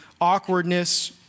awkwardness